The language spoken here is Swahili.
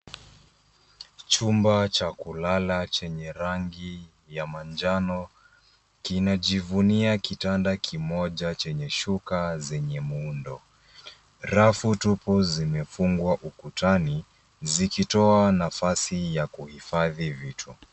Chumba cha kulala chenye rangi ya manjano kinajivunia kitanda kimoja chenye shuka zenye muundo. Rafu tupu zimefungwa ukutani zikitoa nafasi ya kuhifadhi vitu.